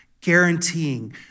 Guaranteeing